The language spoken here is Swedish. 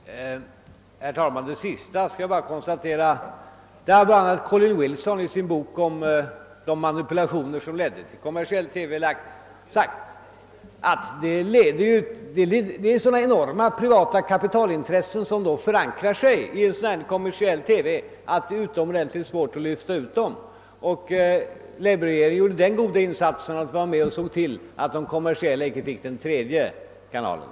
Herr talman! Vad beträffar det sista herr Wedén sade vill jag bara konstatera att bl.a. Collin Wilson i sin bok om de manipulationer som ledde fram till kommersiell TV sagt, att det är så enorma privata kapitalintressen som förankrar sig i kommersiell TV, att det är utomordentligt svårt att lyfta ut dem. Labourregeringen gjorde den goda insatsen att den var med och såg till att de kommersiella intressena icke fick den tredje kanalen.